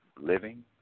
Living